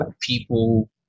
people